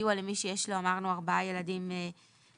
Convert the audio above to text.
הסיוע למי שיש לו ארבעה ילדים לפחות,